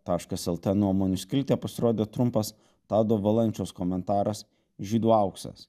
taškas lt nuomonių skiltyje pasirodė trumpas tado valančiaus komentaras žydų auksas